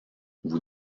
vous